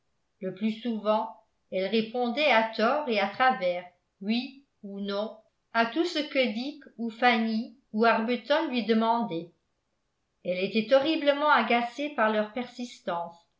le plus souvent elle répondait à tort et à travers oui ou non à tout ce que dick ou fanny ou arbuton lui demandaient elle était horriblement agacée par leurs persistances